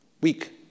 weak